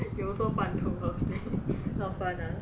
you also 半途而废 not fun ah